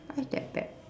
not that bad